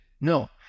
No